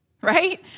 Right